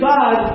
God